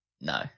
No